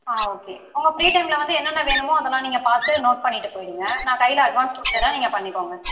ஆ okay உங்கள் free டைம்மில் வந்து என்னென்ன வேணும்மோ அதலாம் நீங்கள் பார்த்து நோட் பண்ணிவிட்டு போய்விடுங்க நான் கையில் அட்வான்ஸ் கொடுத்துட்றேன் நீங்கள் பண்ணிக்கோங்க